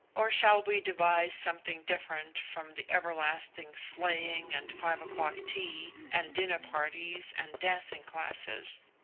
or shall we devise something different from the everlasting sleighing and five o'clock tea, and dinner parties and dancing classes?